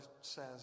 says